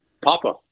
Papa